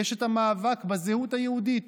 יש את המאבק בזהות היהודית,